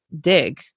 dig